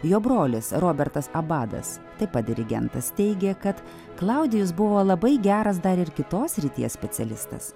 jo brolis robertas abadas taip pat dirigentas teigė kad klaudijus buvo labai geras dar ir kitos srities specialistas